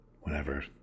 whenever